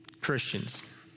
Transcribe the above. Christians